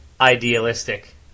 idealistic